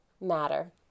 matter